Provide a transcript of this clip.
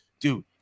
Dude